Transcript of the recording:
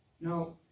No